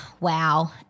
wow